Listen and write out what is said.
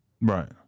Right